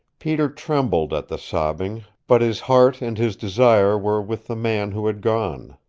peter trembled at the sobbing, but his heart and his desire were with the man who had gone.